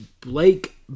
Blake